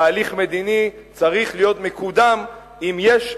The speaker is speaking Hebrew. תהליך מדיני צריך להיות מקודם אם יש,